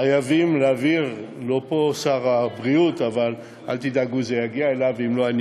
חייבים להעביר, שר הבריאות לא נמצא